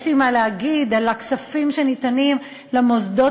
יש לי מה להגיד על הכספים שניתנים למוסדות